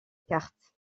carte